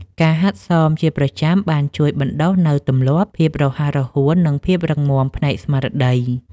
ការហាត់សមជាប្រចាំបានជួយបណ្ដុះនូវទម្លាប់ ភាពរហ័សរហួន និងភាពរឹងមាំផ្នែកស្មារតី។